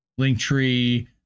Linktree